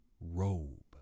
robe